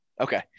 okay